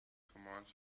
commands